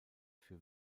für